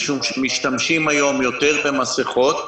משתמשים היום יותר במסכות,